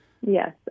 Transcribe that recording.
Yes